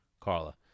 Carla